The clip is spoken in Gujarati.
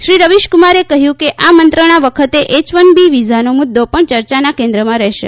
શ્રી રવિશકુમારે કહ્યું કે આ મંત્રણા વખતે એય વન બી વિઝાનો મુદ્દો પણ ચર્ચાના કેન્દ્રમાં રહેશે